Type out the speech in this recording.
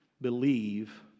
believe